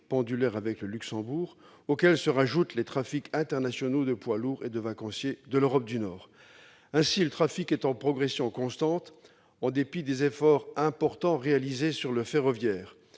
pendulaires avec le Luxembourg -, auxquels s'ajoutent des trafics internationaux de poids lourds et de vacanciers de l'Europe du Nord. Ainsi, le trafic est en progression constante en dépit des efforts importants réalisés en matière ferroviaire